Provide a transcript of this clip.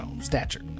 stature